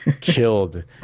killed